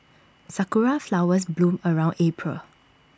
Sakura Flowers bloom around April